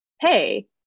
Hey